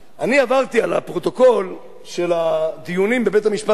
אני עברתי על הפרוטוקול של הדיונים בבית-המשפט העליון,